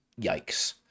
Yikes